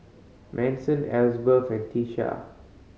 Manson Elizbeth and Tisha